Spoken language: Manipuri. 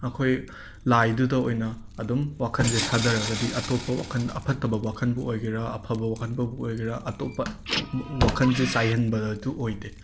ꯑꯩꯈꯣꯏ ꯂꯥꯏꯗꯨꯗ ꯑꯣꯏꯅ ꯑꯗꯨꯝ ꯋꯥꯈꯟꯁꯦ ꯊꯥꯗꯔꯒꯗꯤ ꯑꯇꯣꯞꯄ ꯋꯥꯈꯟ ꯑꯐꯠꯇꯕ ꯋꯥꯈꯟꯕꯨ ꯑꯣꯏꯒꯦꯔꯥ ꯑꯐꯕ ꯋꯥꯈꯟꯕꯨ ꯑꯣꯏꯒꯦꯔꯥ ꯑꯇꯣꯞꯄ ꯎ ꯎꯋ ꯋꯥꯈꯟꯁꯦ ꯆꯥꯏꯍꯟꯕꯗꯗꯨ ꯑꯣꯏꯗꯦ